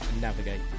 navigate